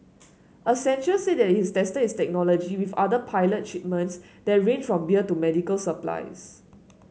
Accenture said it has tested its technology with other pilot shipments that range from beer to medical supplies